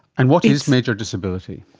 and what is major disability?